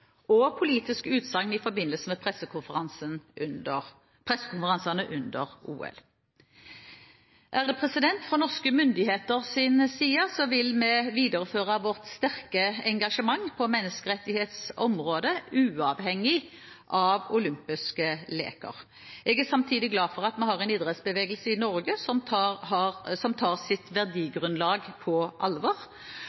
og politiske utsagn i forbindelse med pressekonferansene under OL. Fra norske myndigheters side vil vi videreføre vårt sterke engasjement på menneskerettighetsområdet uavhengig av olympiske leker. Jeg er samtidig glad for at vi har en idrettsbevegelse i Norge som tar sitt verdigrunnlag på alvor. Jeg håper også at norsk idrett viderefører sitt